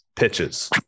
Pitches